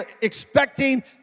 expecting